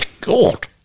god